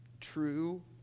true